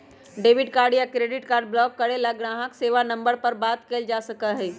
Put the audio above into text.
debit card या credit card block करे ला ग्राहक सेवा नंबर पर बात कइल जा सका हई